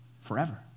forever